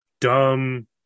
dumb